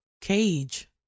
cage